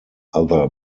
other